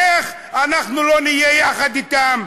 אז איך אנחנו לא נהיה יחד אתם,